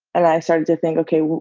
and i started to think, okay,